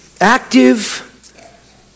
Active